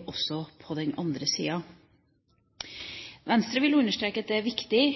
opp mot menneskeliv. Venstre vil understreke at det er viktig